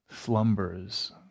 Slumbers